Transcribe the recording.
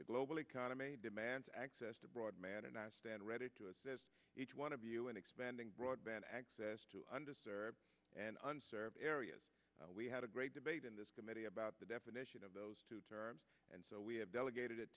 the global economy demands access to broadband and i stand ready to assist each one of you in expanding broadband access to under an unserved areas we had a great debate in this committee about the definition of those two terms and so we have delegated it